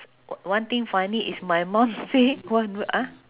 on~ one thing funny is my mum say